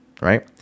right